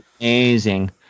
amazing